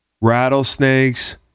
rattlesnakes